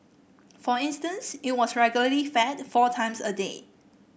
for instance it was regularly fed four times a day